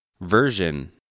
version